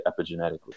epigenetically